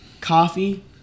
coffee